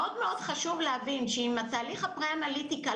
מאוד מאוד חשוב להבין שאם התהליך הפרה אנליטי כאן